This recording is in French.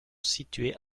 situées